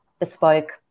bespoke